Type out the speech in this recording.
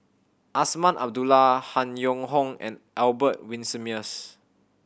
Azman Abdullah Han Yong Hong and Albert Winsemius